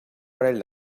parell